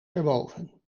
erboven